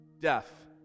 Death